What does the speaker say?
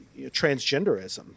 transgenderism